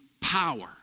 power